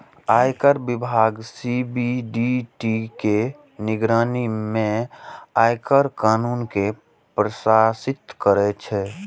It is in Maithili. आयकर विभाग सी.बी.डी.टी के निगरानी मे आयकर कानून कें प्रशासित करै छै